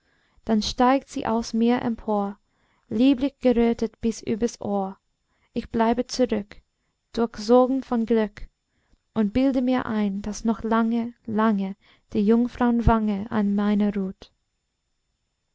dann steigt sie aus mir empor lieblich gerötet bis übers ohr ich bleibe zurück durchsogen von glück und bilde mir ein daß noch lange lange die jungfraunwange an meiner ruht